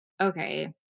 okay